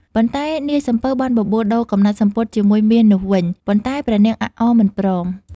ប៉ុន្តែ នាយសំពៅបានបបួលដូរកំណាត់សំពត់ជាមួយមាសនោះវិញ ប៉ុន្តែ ព្រះនាងអាក់អមិនព្រម ។